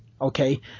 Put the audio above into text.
okay